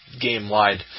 game-wide